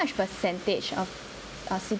percentage of err